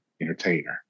entertainer